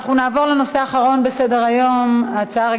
נעבור להצעה לסדר-היום מס' 3589,